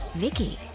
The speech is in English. vicky